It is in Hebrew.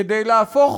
כדי להפוך